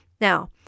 Now